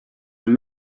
were